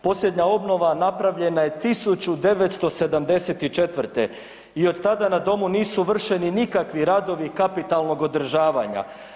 Posljednja obnova napravljena je 1974. i od tada na domu nisu vršeni nikakvi radovi kapitalnog održavanja.